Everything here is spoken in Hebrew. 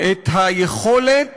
את היכולת